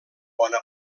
bona